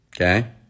okay